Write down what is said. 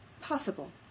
possible